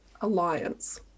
alliance